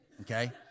okay